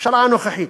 הממשלה הנוכחית.